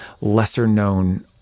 lesser-known